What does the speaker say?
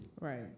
Right